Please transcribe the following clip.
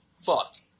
Fucked